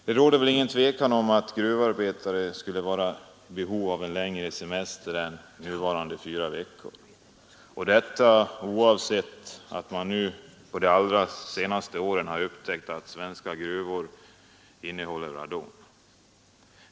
Det rådet väl inget tvivel om att gruvarbetare är i behov av längre semestertid än nuvarande fyra veckor, detta oavsett att man på de allra senaste åren har upptäckt att svenska gruvor innehåller radongas.